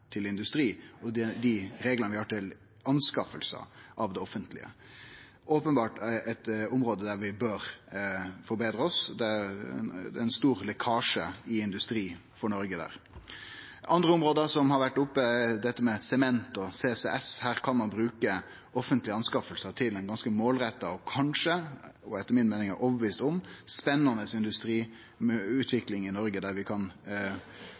til industri, og dei reglane vi har til anskaffingar til det offentlege – openbert eit område der vi bør forbetre oss. Der er det ein stor lekkasje i industri for Noreg. Andre område som har vore oppe, er dette med sement og CCS. Her kan ein bruke offentlege anskaffingar til ein ganske målretta og kanskje spennande – er eg overtydd om – industri med utvikling i Noreg der vi kan